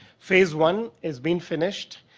phase one is being finished,